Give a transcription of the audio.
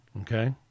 okay